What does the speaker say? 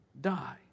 die